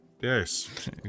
yes